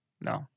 No